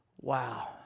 Wow